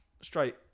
straight